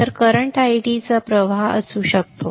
तर करंट आयडीचा प्रवाह असू शकतो